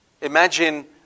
Imagine